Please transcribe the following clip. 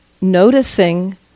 noticing